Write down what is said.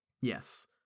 Yes